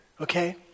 Okay